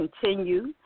continue